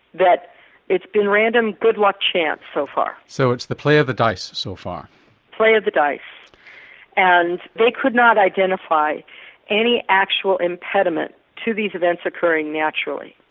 that it's been random good luck chance so far. so it's the play of the dice so far. play of the dice and they could not identify any actual impediment to these events occurring naturally.